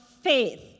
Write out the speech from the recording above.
faith